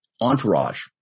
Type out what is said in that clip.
entourage